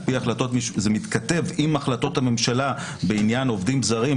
זה מתכתב עם החלטות הממשלה בעניין עובדים זרים,